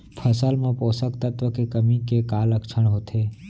फसल मा पोसक तत्व के कमी के का लक्षण होथे?